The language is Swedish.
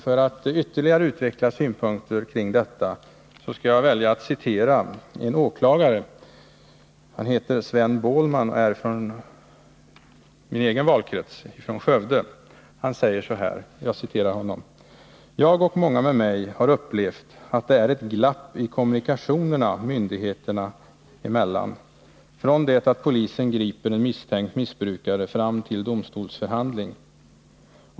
För att ytterligare utveckla synpunkter på detta skall jag citera vad en åklagare, Sven Bålman från Skövde, säger: ”Jag och många med mig har upplevt att det är ett glapp i kommunikationerna myndigheter emellan från det att polisen griper en misstänkt missbrukare fram till domstolsförhandling.